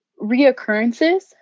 reoccurrences